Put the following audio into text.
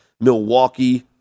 Milwaukee